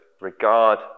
regard